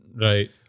Right